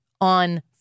on